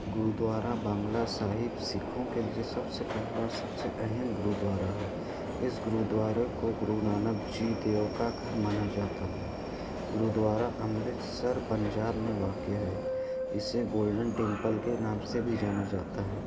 گرودوارہ بنگلہ صاحب سکھوں کے لیے سب سے پہلا سب سے اہم گرودوارہ ہے اس گرودوارے کو گرونانک جی دیو کا گھر مانا جاتا ہے گرودوارہ امرتسر پنجاب میں واقع ہے اسے گولڈن ٹیمپل کے نام سے بھی جانا جاتا ہے